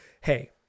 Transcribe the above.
hey